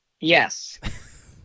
Yes